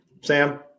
Sam